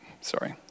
Sorry